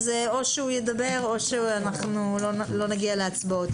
אם הוא ידבר אז לא נגיע היום להצבעות.